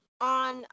on